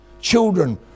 children